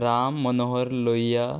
Ram Manohar Lohia